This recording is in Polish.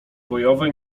bojowe